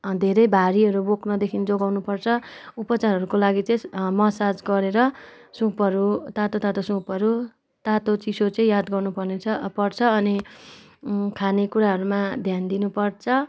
धेरै भारीहरू बोक्नदेखि जोगाउनु पर्छ उपचारहरूको लागि चाहिँ मसाज गरेर सुपहरू तातो तातो सुपहरू तातो चिसो चाहिँ याद गर्नु पर्नेछ पर्छ अनि खाने कुराहरूमा ध्यान दिनु पर्छ